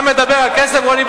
אין כסף.